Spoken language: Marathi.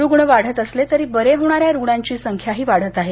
रुग्ण वाढत असले तरी बरे होणाऱ्या रुग्णांची संख्याही वाढत आहे